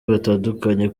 batandukanye